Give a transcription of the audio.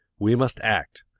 we must act!